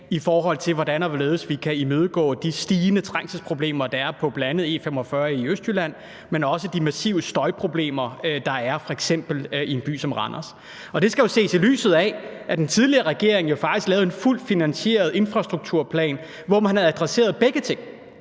hvordan og hvorledes vi kan imødegå de stigende trængselsproblemer, der er på bl.a. E45 i Østjylland, og også de massive støjproblemer, der er i f.eks. en by som Randers. Det skal jo ses i lyset af, at den tidligere regering faktisk lavede en fuldt finansieret infrastrukturplan, hvor man adresserede begge ting.